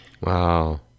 Wow